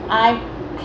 I